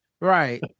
Right